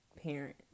parent